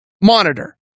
monitor